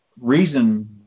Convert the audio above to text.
reason